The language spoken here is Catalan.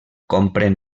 comprèn